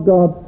God